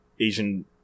Asian